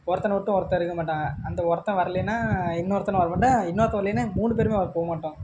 ஒருத்தனை விட்டு ஒருத்தன் இருக்க மாட்டான் அந்த ஒருத்தன் வரலைன்னா இன்னொருத்தனும் வர மாட்டான் இன்னொருத்தன் வரலைன்னா மூணு பேரும் போக மாட்டோம்